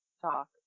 talk